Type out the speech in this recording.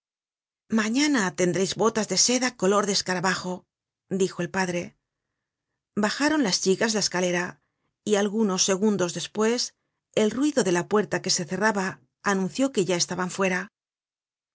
mañana tendreis botas de seda color de escarabajo dijo el padre bajaron las chicas la escalera y algunos segundos despues el ruido de la puerta que se cerraba anunció que ya estaban fuera